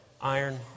Iron